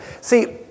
See